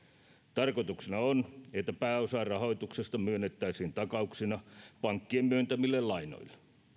tarkoituksena on että pääosa rahoituksesta myönnettäisiin takauksina pankkien myöntämille lainoille